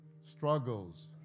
struggles